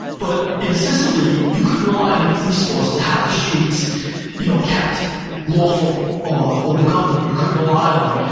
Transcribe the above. but in sicily, you couldn't rely on the police force to have the streets you know kept lawful, or or the government, you couldn't rely on.